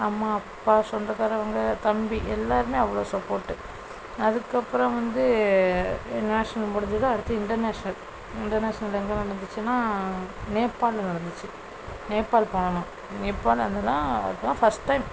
அம்மா அப்பா சொந்தக்காரவங்க தம்பி எல்லாருமே அவ்வளோ சப்போட்டு அதற்கப்பறம் வந்து நேஷ்னல் முடிஞ்சது அடுத்து இன்டர்நேஷ்னல் இன்டர்நேஷ்னல் எங்கே நடந்துச்சுன்னா நேபாலில் நடந்துச்சு நேபால் போனோம் நேபால் அங்கெல்லாம் அதெலாம் ஃபர்ஸ்ட் டைம்